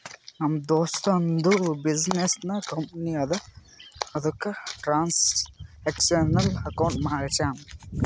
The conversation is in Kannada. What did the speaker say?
ನಮ್ ದೋಸ್ತದು ಬಿಸಿನ್ನೆಸ್ ಕಂಪನಿ ಅದಾ ಅದುಕ್ಕ ಟ್ರಾನ್ಸ್ಅಕ್ಷನಲ್ ಅಕೌಂಟ್ ಮಾಡ್ಸ್ಯಾನ್